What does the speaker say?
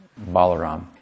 Balaram